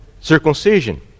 circumcision